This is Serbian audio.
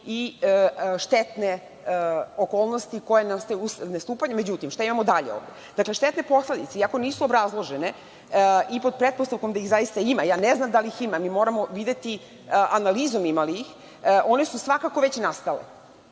i štetne okolnosti koje nastaju usled ne stupanja.Međutim, šta imamo dalje ovde? Štetne posledice i ako nisu obrazložene i pod pretpostavkom da ih zaista ima, ne znam da li ih ima, moramo videti analizom ima li ih, one su svakako već nastale,